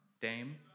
Dame